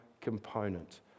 component